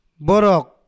Borok